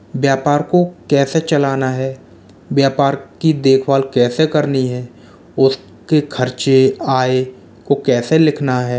व्यापार को कैसे चलाना है व्यापार की देखभाल कैसे करनी है उसके खर्चे आय को कैसे लिखना है